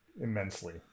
immensely